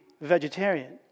vegetarian